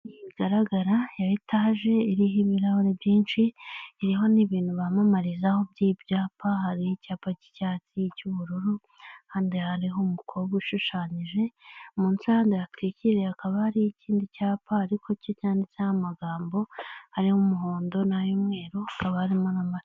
Bigaragara ya etaje iriho ibirahuri byinshi iriho n'ibintu bamamarizaho by'ibyapa hari icyapa cy'icyatsi icy'ubururu kandi hariho umukobwa ushushanyije munsi handi yatwikiriye hakaba hari ikindi cyapa ariko cyo cyanditseho amagambo ari umuhondo n'ay'umweru hakaba harimo n'amari.